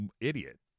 idiot